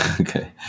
Okay